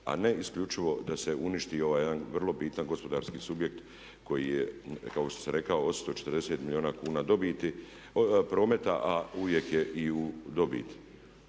a ne isključivo da se uništi ovaj jedan vrlo bitan gospodarski subjekt koji je kao što sam rekao 840 milijuna kuna prometa a uvijek je i u dobiti.